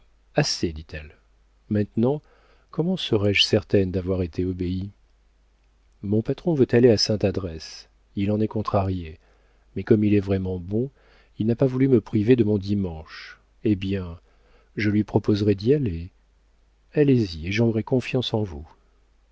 assez dit-elle maintenant comment serais-je certaine d'avoir été obéie mon patron veut aller à sainte adresse il en est contrarié mais comme il est vraiment bon il n'a pas voulu me priver de mon dimanche eh bien je lui proposerai d'y aller allez-y et j'aurai confiance en vous